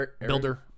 Builder